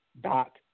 dot